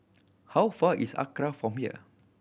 how far is ACRA from here